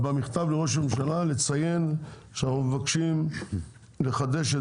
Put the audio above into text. במכתב לראש הממשלה לציין שאנחנו מבקשים לחדש את